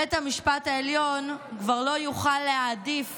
בית המשפט העליון כבר לא יוכל להעדיף